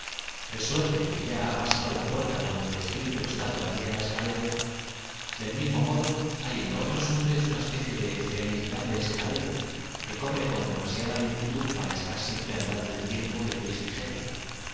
de suerte que y a ha pasado la puerta cuan do el espíritu está todavía en la escalera del mismo modo hay en otros hombres una especie de felicidad de escalera que corre con demasiada lentitud para es tar siempre al lado del tiempo de piea ligeros